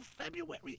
February